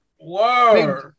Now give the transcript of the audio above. Whoa